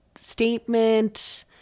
statement